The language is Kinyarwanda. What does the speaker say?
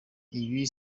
ibi